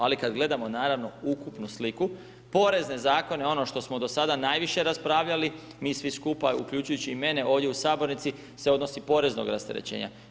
Ali kada gledamo, naravno, ukupnu sliku, porezne zakone, ono što smo do sada najviše raspravljali, mi svi skupa, uključujući i mene ovdje u sabornici, se odnosi poreznog rasterećenja.